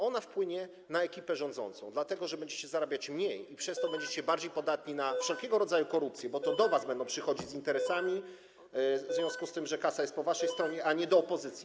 Ona wpłynie na ekipę rządzącą, dlatego że będziecie zarabiać mniej i przez to będziecie bardziej podatni na wszelkiego rodzaju korupcję, bo to do was będą przychodzić z interesami w związku z tym, że kasa jest po waszej stronie, a nie do opozycji.